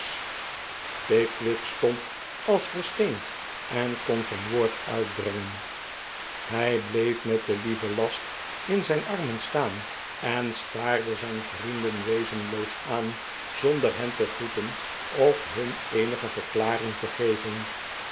pickwick stond als versteend en kon geen woord uitbrengen hij bleef met den lieven last in zijn armen staari en staarde zijn vrienden wezenloos aan zonder hen te groeten of nun eenige verklaring te geven